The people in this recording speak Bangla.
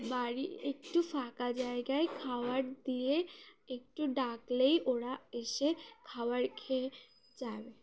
বাড়ি একটু ফাঁকা জায়গায় খাবার দিয়ে একটু ডাকলেই ওরা এসে খাবার খেয়ে যাবে